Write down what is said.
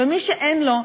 ומי שאין לו,